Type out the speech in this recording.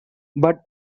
but